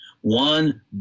one